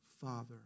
Father